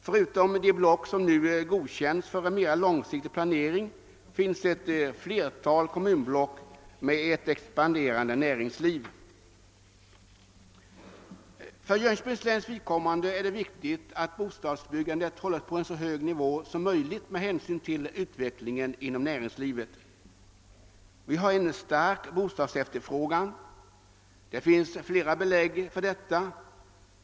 Förutom de block som nu godkänts för en mera långsiktig planering finns flera kommunblock med ett expanderande näringsliv. För Jönköpings läns vidkommande är det viktigt att bostadsbyggandet hålls på en så hög nivå som möjligt med hänsyn till utvecklingen inom näringsivet. Vi har en stark bostadsefterfrågan och det finns flera belägg för detta.